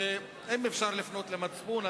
ואם אפשר לפנות למצפון,